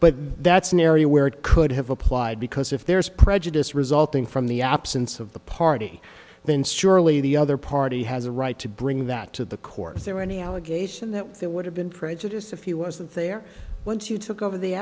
but that's an area where it could have applied because if there is prejudice resulting from the absence of the party then surely the other party has a right to bring that to the court if there were any allegation that they would have been prejudiced if you wasn't there once you took over the